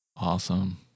Awesome